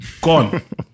gone